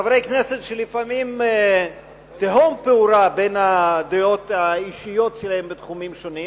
חברי כנסת שלפעמים תהום פעורה בין הדעות האישיות שלהם בתחומים שונים,